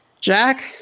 Jack